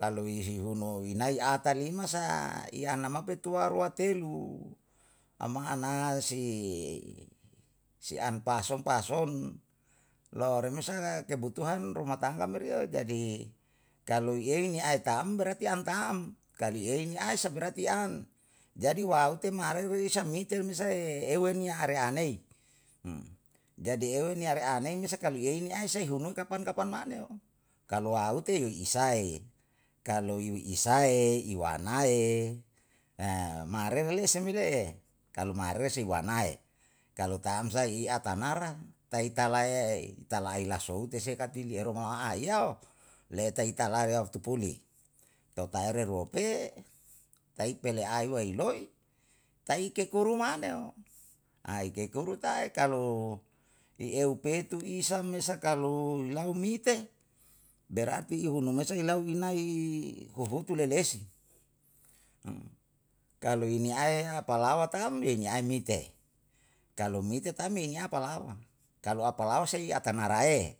Kalu ihihunu inae ata lima sa, i ana mape tua rua telu, ama anae si an pason pason, lo renusa kebutuhan ruma tangga meriyo jadi kalu i ei niya aetam berarti an taam, kalu ni ei aisa berarti an. Jadi waute mareru isa mite nusae, eu euniya are anei, jadi euniya re anei me saka luyei ni ai sai hunui kapan kapan maneo. kalu aute yo isae, kalu yo isae, i wanae maroe le seme le'e. kalu maroe se wanae, kalu taamsa i a tanara, tai talae, talae lai soute sei ka piliero mama ai iyao. Lei talae waktu puli, tau taere rua pe, tai pele ai wailoi, tai keku rumaneo. Ai kekuru tai kalu i eu pe tu isa me sakalu lahu mite? Berarti iuhununusa helau inai huhutu lelesi. kalu liniae apalawa tam, liniae mite. Kalu mite tam ye apalawa, kalu apalawa sei atanara e.